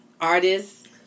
Artists